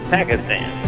Pakistan